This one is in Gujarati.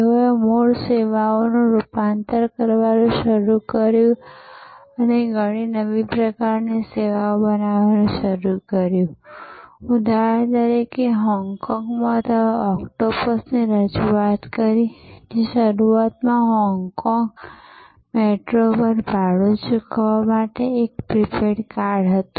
તેઓએ મૂળ સેવાઓનું રૂપાંતર કરવાનું શરૂ કર્યું અને ઘણી નવી પ્રકારની સેવાઓ બનાવવાનું શરૂ કર્યું ઉદાહરણ તરીકે હોંગકોંગમાં તેઓએ ઓક્ટોપસની રજૂઆત કરી જે શરૂઆતમાં હોંગકોંગ મેટ્રો પર ભાડું ચૂકવવા માટે એક પ્રીપેડ કાર્ડ હતું